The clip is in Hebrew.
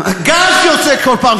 ולא מקבל את התשובות זה הציבור הישראלי,